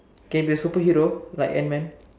can be a super hero like ant man